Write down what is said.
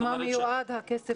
למה מיועד הכסף הזה?